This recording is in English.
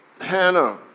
Hannah